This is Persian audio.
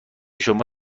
شما